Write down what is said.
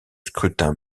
scrutin